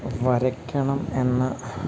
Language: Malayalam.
വരയ്ക്കണം എന്ന്